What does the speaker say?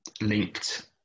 linked